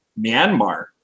Myanmar